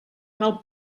cal